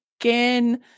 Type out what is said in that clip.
again